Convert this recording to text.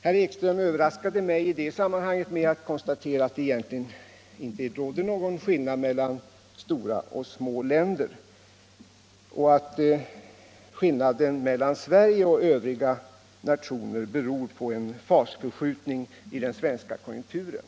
Herr Ekström överraskade mig i det sammanhanget med att konstatera, att det egentligen inte råder några olikheter mellan stora och små länder i detta avseende och att skillnaden mellan Sverige och övriga nationer skulle bero på en fasförskjutning i den svenska konjunkturen.